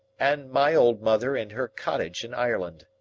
and my old mother in her cottage in ireland,